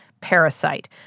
parasite